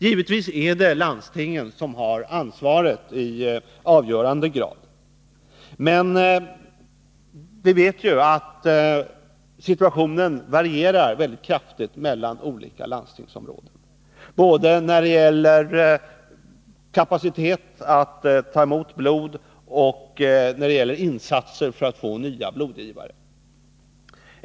Givetvis är det landstingen som har ansvaret i avgörande grad, men vi vet att situationen varierar väldigt kraftigt mellan olika landstingsområden både när det gäller kapacitet att ta emot blod och när det gäller insatser för att få nya blodgivare.